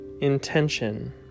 intention